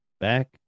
back